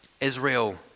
Israel